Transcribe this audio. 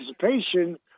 participation